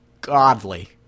godly